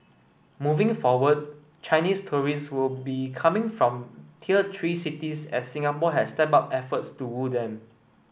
moving forward Chinese tourist will be coming from tier three cities as Singapore has stepped up efforts to woo them